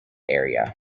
area